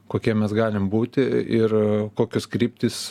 kokie mes galim būti ir kokios kryptys